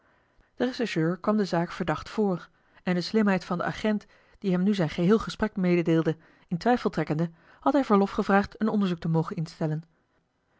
den rechercheur kwam de zaak verdacht voor en de slimheid van den agent die hem nu zijn geheel gesprek meedeelde in twijfel trekkende had hij verlof gevraagd een onderzoek te mogen instellen